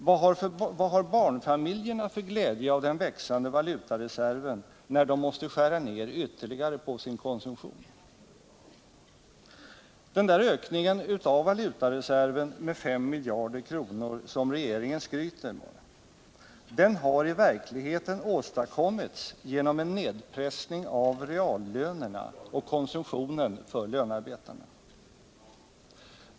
Vad har barnfamiljerna för glädje av den växande valutareserven, när de måste skära ned ytterligare på sin konsumtion? Ökningen av valutareserven med 5 miljarder kronor som regeringen skryter med har i verkligheten åstadkommits genom en nedpressning av reallönerna och konsumtionen för lönarbetarna.